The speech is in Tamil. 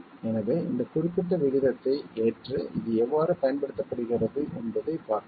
எனவே இந்த குறிப்பிட்ட விகிதத்தை ஏற்று இது எவ்வாறு பயன்படுத்தப்படுகிறது என்பதைப் பார்ப்போம்